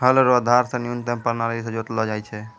हल रो धार से न्यूतम प्राणाली से जोतलो जाय छै